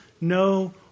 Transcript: no